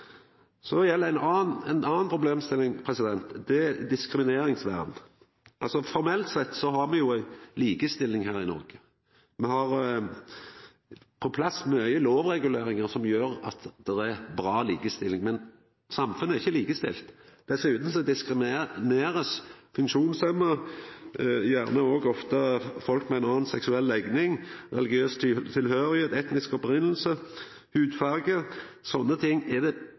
Så til ei anna problemstilling – diskrimineringsvern. Formelt sett har me likestilling her i Noreg. Me har på plass mange lovreguleringar som gjer at det er bra likestilling, men samfunnet er ikkje likestilt. Dessutan diskriminerast funksjonshemma og ofte òg folk med anna seksuell legning, religiøs tilhøyrsle, etnisk opphav, hudfarge og sånne ting. Det er blitt mindre av det, men det er der framleis. Dersom ein tenkjer berre på kvinner og arbeidsliv, er det